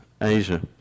Asia